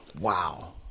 Wow